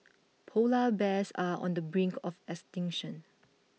Polar Bears are on the brink of extinction